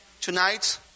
Tonight